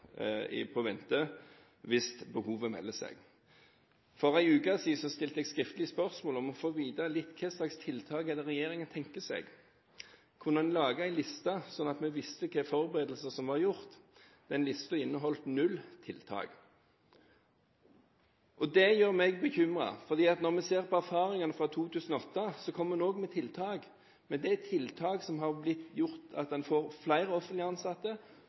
på vent hvis behovet melder seg. For en uke siden stilte jeg et skriftlig spørsmål for å få vite litt om hva slags tiltak det er regjeringen tenker seg. Kunne en lage en liste, sånn at vi visste hvilke forberedelser som var gjort? Den listen inneholdt null tiltak. Det gjør meg bekymret, ut fra erfaringene fra 2008. Da kom en også med tiltak, men det var tiltak som har gjort at en har fått flere offentlig ansatte